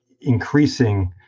increasing